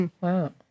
Wow